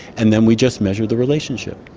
and then we just measure the relationship.